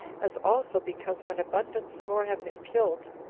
as also because when abundance more have been killed,